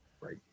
right